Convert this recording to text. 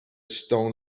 stone